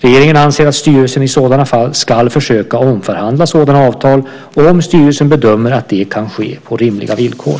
Regeringen anser att styrelserna i sådana fall ska försöka omförhandla sådana avtal om styrelsen bedömer att det kan ske på rimliga villkor.